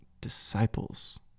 disciples